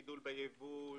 גידול בייבוא,